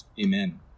Amen